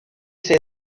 say